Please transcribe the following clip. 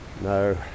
no